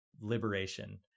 liberation